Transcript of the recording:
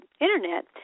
internet